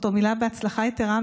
שאותו מילא בהצלחה יתרה,